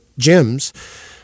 gyms